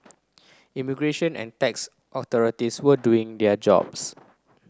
immigration and tax authorities were doing their jobs